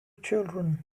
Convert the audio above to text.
children